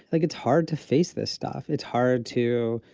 like, it's hard to face this stuff. it's hard to,